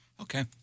Okay